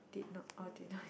did not all did not have